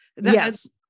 yes